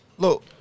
Look